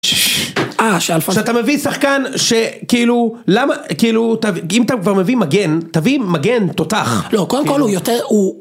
אה שאלפני אז אתה מביא שחקן... ש... כאילו... למה? כאילו... אם אתה כבר מביא מגן... תביא מגן תותח לא קודם כל הוא...